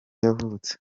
yavutse